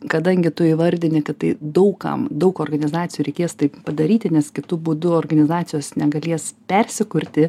kadangi tu įvardini kad tai daug kam daug organizacijų reikės tai padaryti nes kitu būdu organizacijos negalės persikurti